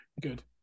good